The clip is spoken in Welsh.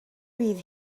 bydd